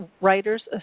Writers